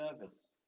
nervous